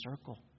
circle